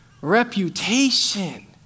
reputation